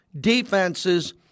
defenses